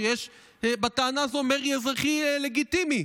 שיש בטענה הזו מרי אזרחי לגיטימי.